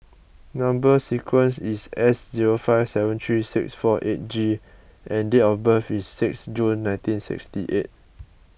Number Sequence is S zero five seven three six four eight G and date of birth is six June nineteen sixty eight